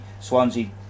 Swansea